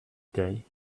day